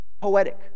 poetic